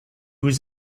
was